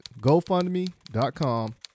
GoFundMe.com